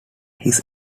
his